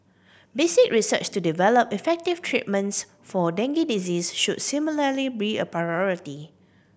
basic research to develop effective treatments for dengue disease should similarly be a priority